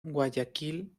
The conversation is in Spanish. guayaquil